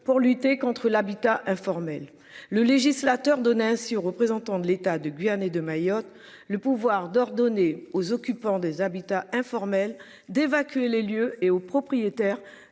pour lutter contre l'habitat informel, le législateur donner ainsi aux représentant de l'État de Guyane et de Mayotte, le pouvoir d'ordonner aux occupants des habitats informels d'évacuer les lieux et aux propriétaires